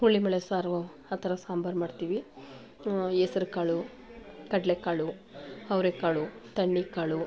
ಹುರುಳಿ ಬೇಳೆ ಸಾರು ಆ ಥರ ಸಾಂಬಾರು ಮಾಡ್ತೀವಿ ಹೆಸ್ರ್ಕಾಳು ಕಡಲೆಕಾಳು ಅವರೆಕಾಳು ತಣ್ಣಿಕಾಳು